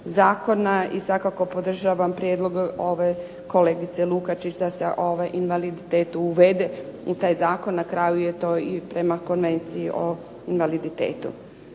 zakona i svakako podržavam prijedlog kolegice Lukačić da se ovaj invaliditet uvede u taj zakon. Na kraju je to i prema Konvenciji o invaliditetu.